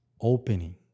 opening